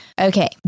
okay